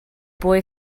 boy